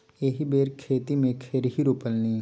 एहि बेर खेते मे खेरही रोपलनि